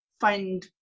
find